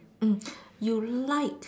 mm you like